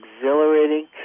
exhilarating